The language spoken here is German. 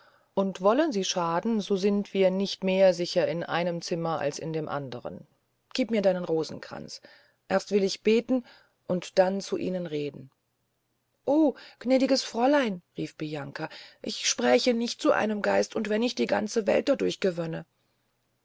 und wollen sie schaden so sind wir nicht mehr sicher in einem zimmer als in dem andern gieb mir meinen rosenkranz erst will ich beten und dann zu ihnen reden o gnädiges fräulein rief bianca ich spräche nicht zu einem geist und wenn ich die ganze welt dadurch gewönne